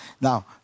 now